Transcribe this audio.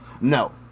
No